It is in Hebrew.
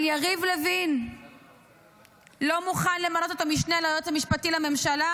אבל יריב לוין לא מוכן למנות את המשנה ליועץ המשפטי לממשלה,